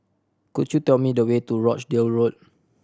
could you tell me the way to Rochdale Road